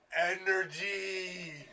Energy